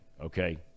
okay